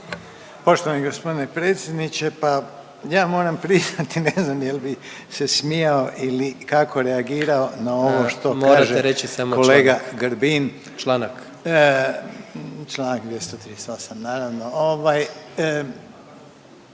Poštovani gospodine predsjedniče, pa ja moram priznati ne znam jel bi se smijao ili kako reagirao na ovo što kaže … …/Upadica predsjednik: Morate